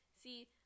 see